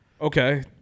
Okay